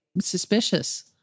suspicious